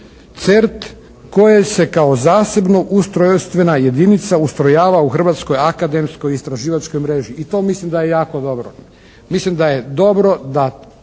«CERT» koje se kao zasebno ustrojstvena jedinica ustrojava u Hrvatskoj akademskoj istraživačkoj mreži. I to mislim da je jako dobro. Mislim da je dobro da